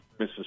Mrs